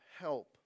help